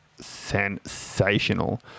sensational